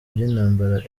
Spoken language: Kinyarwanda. by’intambara